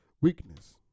weakness